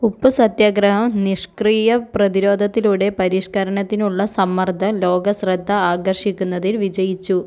ഉപ്പ് സത്യാഗ്രഹം നിഷ്ക്രിയ പ്രതിരോധത്തിലൂടെ പരിഷ്കരണത്തിനുള്ള സമ്മർദ്ദം ലോക ശ്രദ്ധ ആകർഷിക്കുന്നതിൽ വിജയിച്ചു